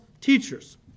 teachers